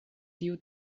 tiu